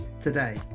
today